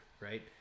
right